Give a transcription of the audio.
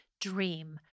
dream